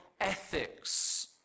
ethics